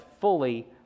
fully